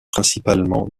principalement